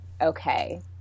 okay